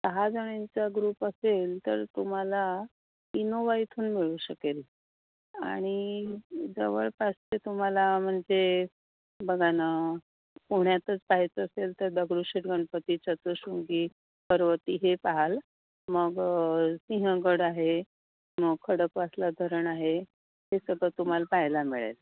दहा जणींचा ग्रुप असेल तर तुम्हाला इनोवा इथून मिळू शकेल आणि जवळपास ते तुम्हाला म्हणजे बघा ना पुण्यातच पाहायचं असेल तर दगडूशेठ गणपती सप्तशृंगी पर्वती हे पाहाल मग सिंहगड आहे मग खडकवासला धरण आहे हे सगळं तुम्हाला पाहायला मिळेल